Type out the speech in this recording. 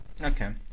Okay